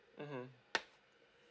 mmhmm